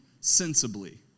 sensibly